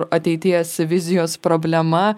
ateities vizijos problema